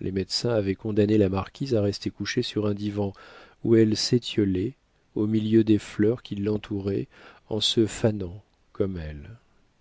les médecins avaient condamné la marquise à rester couchée sur un divan où elle s'étiolait au milieu des fleurs qui l'entouraient en se fanant comme elles